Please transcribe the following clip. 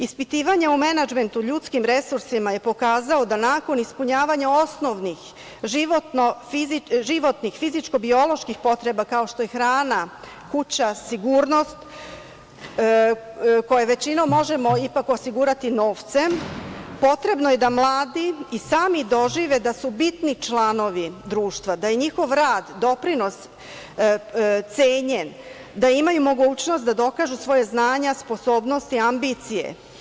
Ispitivanja o menadžmentu, ljudskim resursima je pokazao da nakon ispunjavanja osnovnih životnih, fizičko-bioloških potreba, kao što je hrana, kuća, sigurnost koju većinom ipak možemo osigurati novcem, potrebno je da mladi i sami dožive da su bitni članovi društva, da je njihov rad, doprinos cenjen, da imaju mogućnost da dokažu svoja znanja, sposobnosti, ambicije.